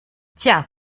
tja